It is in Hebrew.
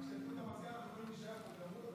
רק שידליקו את המזגן, אנחנו לא יכולים להישאר פה.